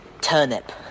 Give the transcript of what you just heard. turnip